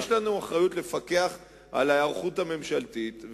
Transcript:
יש לנו אחריות לפקח על ההיערכות הממשלתית,